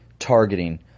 Targeting